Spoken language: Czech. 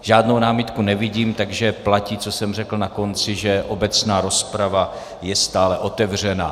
Žádnou námitku nevidím, takže platí, co jsem řekl na konci, že obecná rozprava je stále otevřena.